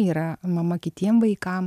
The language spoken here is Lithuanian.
yra mama kitiem vaikam